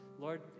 Lord